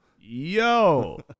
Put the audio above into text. Yo